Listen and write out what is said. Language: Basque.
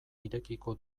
irekiko